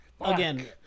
Again